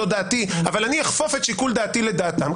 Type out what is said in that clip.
זאת דעתי אבל אני אחפוף את שיקול דעתי לדעתם.